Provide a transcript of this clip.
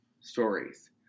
stories